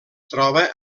troba